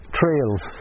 trails